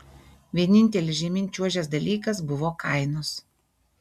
vienintelis žemyn čiuožęs dalykas buvo kainos